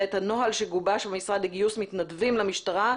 את הנוהל שגובש במשרד לגיוס מתנדבים למשטרה,